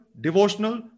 devotional